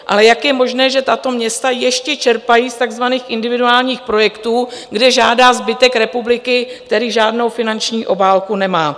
Ale jak je možné, že tato města ještě čerpají z takzvaných individuálních projektů, kde žádá zbytek republiky, který žádnou finanční obálku nemá?